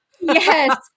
Yes